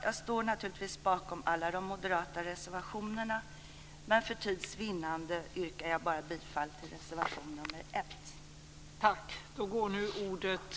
Jag står naturligtvis bakom alla de moderata reservationerna, men för tids vinnande yrkar jag bara bifall till reservation nr 1.